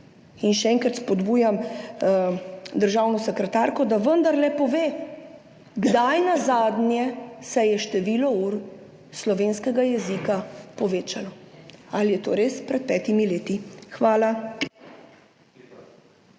In še enkrat spodbujam državno sekretarko, da vendarle pove, kdaj se je nazadnje število ur slovenskega jezika povečalo. Ali je bilo to res pred petimi leti? Hvala.